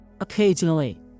Occasionally